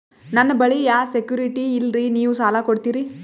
ನನ್ನ ಬಳಿ ಯಾ ಸೆಕ್ಯುರಿಟಿ ಇಲ್ರಿ ನೀವು ಸಾಲ ಕೊಡ್ತೀರಿ?